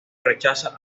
rechaza